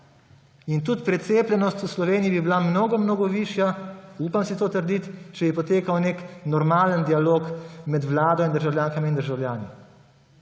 Tudi precepljenost v Sloveniji bi bila mnogo mnogo višja, upam si to trditi, če bi potekal nek normalen dialog med Vlado in državljankami in državljani.